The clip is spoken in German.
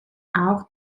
auch